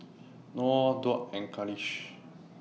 Nor Daud and Khalish